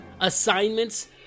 assignments